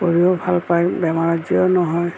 শৰীৰো ভাল পায় বেমাৰ আজাৰো নহয়